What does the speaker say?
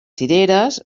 cireres